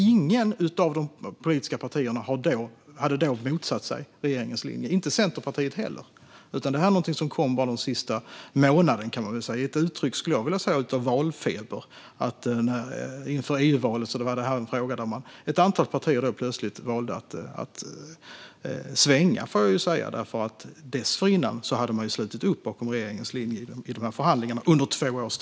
Inget av de politiska partierna motsatte sig då regeringens linje, inte heller Centerpartiet, utan det här är något som kommit bara den senaste månaden i ett uttryck för valfeber, skulle jag vilja säga. Inför EU-valet är det ett antal partier som plötsligt valt att svänga, för dessförinnan, under två års tid, har man ju slutit upp bakom regeringens linje i förhandlingarna.